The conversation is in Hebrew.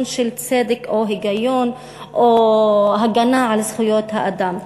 של צדק או היגיון או הגנה על זכויות האדם,